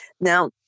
Now